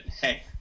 hey